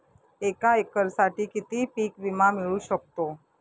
एका एकरसाठी किती पीक विमा मिळू शकतो?